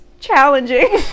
challenging